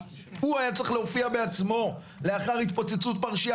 הוא היה צריך להופיע בעצמו לאחר התפוצצות פרשייה